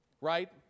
Right